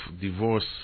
divorce